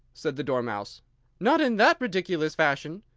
said the dormouse not in that ridiculous fashion.